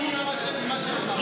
שלוש דקות את כבר מדברת,